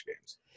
games